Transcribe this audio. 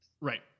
Right